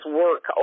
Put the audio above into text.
work